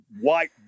white